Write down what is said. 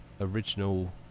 original